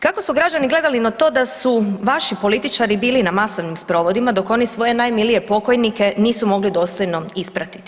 Kako su građani gledali na to da su vaši političari bili na masovnim sprovodima dok oni svoje najmilije pokojnike nisu mogli dostojno ispratiti?